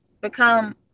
become